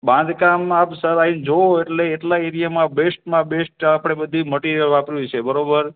બાંધકામમાં આપ સર આવીને જુઓ એટલે એટલા એરિયામાં બેસ્ટમાં બેસ્ટ આપણે બધી મટિરિયલ વાપર્યું છે બરાબર